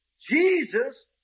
Jesus